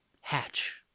hatch